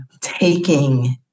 taking